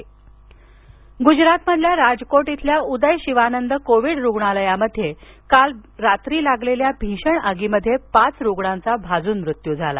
आग गुजरातमधील राजकोट इथल्या उदय शिवानंद कोविड रुग्णालयात काल रात्री लागलेल्या भीषण आगीमध्ये पाच रुग्णांचा भाजून मृत्यू झाला